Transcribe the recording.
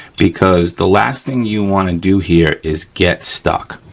because the last thing you wanna do here is get stuck,